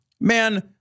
Man